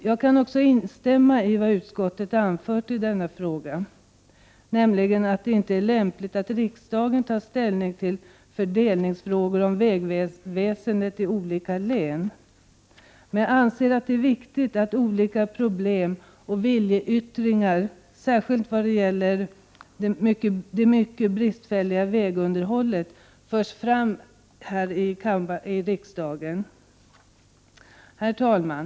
Jag kan också instämma i vad utskottet anfört i denna fråga, nämligen att det inte är lämpligt att riksdagen tar ställning till fördelningsfrågor när det gäller vägväsendet i olika län. Men jag anser det viktigt att olika problem och viljeyttringar, särskilt i vad gäller det mycket bristfälliga vägunderhållet, förs fram här i riksdagen. Herr talman!